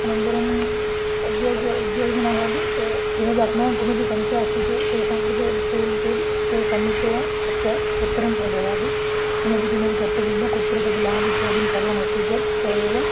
अनन्तरम् उद्योग उद्योगजनाः अपि ते किमपि अस्माकं किमपि संशयः अस्ति तेषाङ्कृते पृच्छन्ति चेत् ते सम्यक्तया तस्य उत्तरं ददति किमपि किमपि कर्तव्यं वा कुत्र तद् लाभ् इत्यादिं सर्वम् अस्ति चेत् ते एव